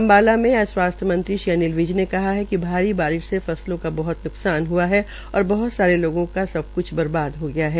अम्बाला में आज स्वास्थ्य मंत्री अनिल विज ने कहा है कि भारी बारिश से फसलों का बहत न्कसान हआ है और बहत सारे लोगों का सबक्छ बर्बाद हो गया है